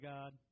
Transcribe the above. God